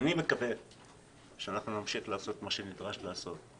אני מקווה שנמשיך לעשות מה שנדרש לעשות,